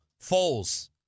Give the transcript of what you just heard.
Foles